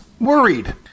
worried